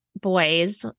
boys